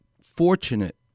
fortunate